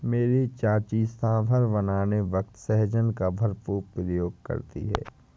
मेरी चाची सांभर बनाने वक्त सहजन का भरपूर प्रयोग करती है